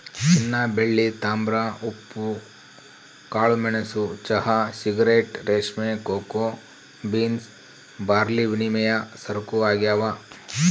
ಚಿನ್ನಬೆಳ್ಳಿ ತಾಮ್ರ ಉಪ್ಪು ಕಾಳುಮೆಣಸು ಚಹಾ ಸಿಗರೇಟ್ ರೇಷ್ಮೆ ಕೋಕೋ ಬೀನ್ಸ್ ಬಾರ್ಲಿವಿನಿಮಯ ಸರಕು ಆಗ್ಯಾವ